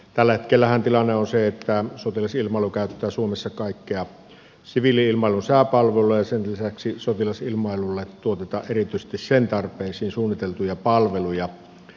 tällä hetkellähän tilanne on se että sotilasilmailu käyttää suomessa kaikkia siviili ilmailun sääpalveluja ja sen lisäksi sotilasilmailulle tuotetaan erityisesti sen tarpeisiin suunniteltuja palveluja